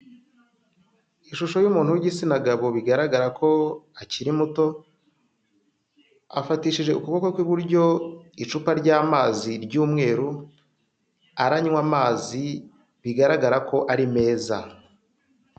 Ishusho y'umuntu w'igitsina gabo bigaragara ko akiri muto, afatishije ukuboko kw'iburyo icupa ry'amazi ry'umweru, aranywa amazi bigaragara ko ari meza.